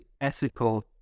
ethical